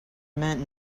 meant